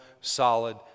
solid